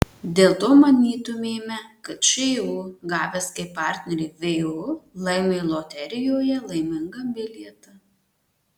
dėl to manytumėme kad šu gavęs kaip partnerį vu laimi loterijoje laimingą bilietą